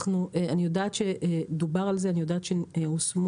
אני יודעת שדובר על כך ואני יודעת שהושמו